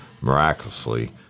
miraculously